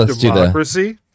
democracy